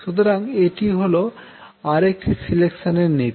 সুতরাং এটি হল আর একটি সিলেকশান এর নীতি